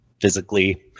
physically